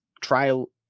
trial